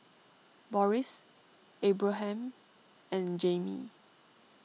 Boris Abraham and Jami